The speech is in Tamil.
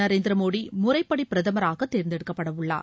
நரேந்திர மோடி முறைப்படி பிரதமராக தேர்ந்தெடுக்கப்படவுள்ளார்